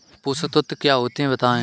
पोषक तत्व क्या होते हैं बताएँ?